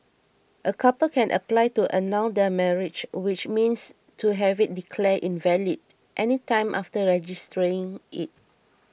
a couple can apply to annul their marriage which means to have it declared invalid any time after registering it